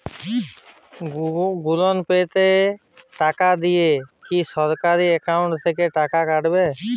Google Pay তে টাকা দিলে কি সরাসরি অ্যাকাউন্ট থেকে টাকা কাটাবে?